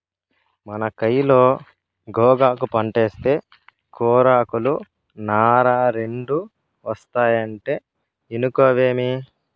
మన కయిలో గోగాకు పంటేస్తే కూరాకులు, నార రెండూ ఒస్తాయంటే ఇనుకోవేమి